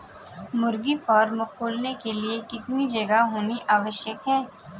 मुर्गी फार्म खोलने के लिए कितनी जगह होनी आवश्यक है?